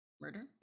Murder